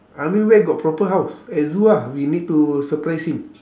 ah ming where got proper house at zoo ah we need to surprise him